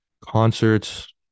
concerts